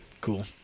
Cool